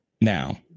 now